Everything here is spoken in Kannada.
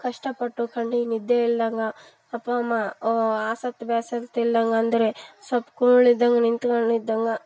ಕಷ್ಟಪಟ್ಟು ಕಣ್ಣಿಗೆ ನಿದ್ದೆ ಇಲ್ದಂಗೆ ಅಪ್ಪ ಅಮ್ಮ ಆಸತ್ತು ಬೇಸತ್ತು ಇಲ್ದಂಗಂದರೆ ಸೊಪ್ಪು ಕೂಳು ಇದ್ದಂಗೆ ನಿಂತ್ಕಂಡು ಇದ್ದಂಗೆ